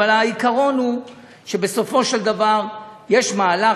אבל העיקרון הוא שבסופו של דבר יש פעם ראשונה מהלך